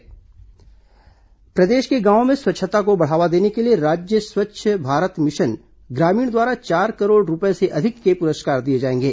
राज्य स्वच्छता पुरस्कार प्रदेश के गांवों में स्वच्छता को बढ़ावा देने राज्य स्वच्छ भारत मिशन ग्रामीण द्वारा चार करोड़ रूपये से अधिक के पुरस्कार दिए जाएंगे